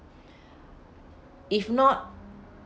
if not